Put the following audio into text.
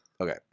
Okay